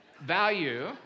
value